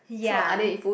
ya